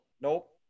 Nope